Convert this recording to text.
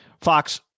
Fox